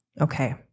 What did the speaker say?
Okay